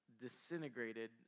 disintegrated